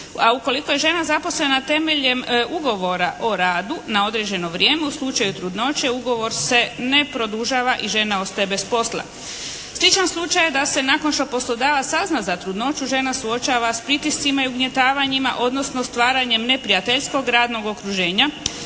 a ukoliko je žena zaposlena temeljem ugovora o radu na određeno vrijeme u slučaju trudnoće ugovor se ne produžava i žena ostaje bez posla. Sličan slučaj je da se nakon što poslodavac sazna za trudnoću žena suočava s pritiscima i ugnjetavanjima odnosno stvaranjem neprijateljskog radnog okruženja